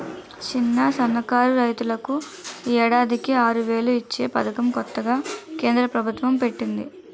చిన్న, సన్నకారు రైతులకు ఏడాదికి ఆరువేలు ఇచ్చే పదకం కొత్తగా కేంద్ర ప్రబుత్వం పెట్టింది